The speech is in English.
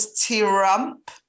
t-rump